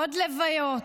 עוד לוויות,